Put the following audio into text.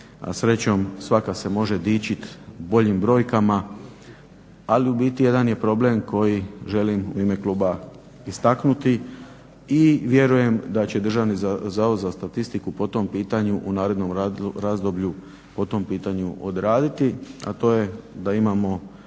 srećom svaka se može dičit boljim brojkama, ali u biti jedan je problem koji želim u ime kluba istaknuti i vjerujem da će DZS po tom pitanju u narednom razdoblju po tom pitanju odraditi, a to je da imamo